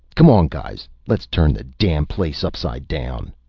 come on, guys let's turn the damn place upside down.